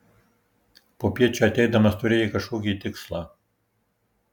popiet čia ateidamas turėjai kažkokį tikslą